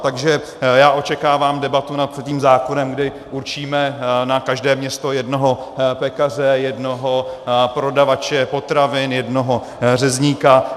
Takže já očekávám debatu nad tímto zákonem, kdy určíme na každé město jednoho pekaře, jednoho prodavače potravin, jednoho řezníka.